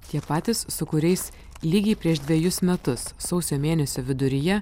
tie patys su kuriais lygiai prieš dvejus metus sausio mėnesio viduryje